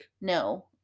No